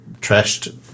Trashed